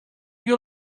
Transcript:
you